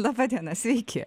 laba diena sveiki